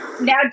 Now